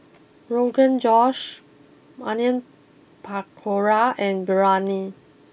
Rogan Josh Onion Pakora and Biryani